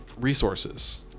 resources